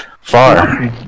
far